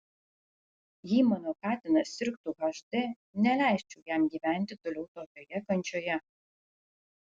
jei mano katinas sirgtų hd neleisčiau jam gyventi toliau tokioje kančioje